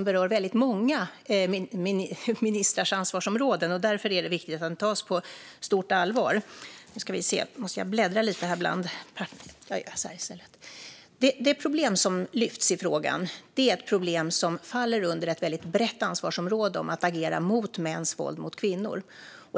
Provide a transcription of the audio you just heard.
berör flera ministrars ansvarsområden, och därför är det viktigt att den tas på stort allvar. Det problem som lyfts i frågan faller under ett väldigt brett ansvar att agera mot mäns våld mot kvinnor.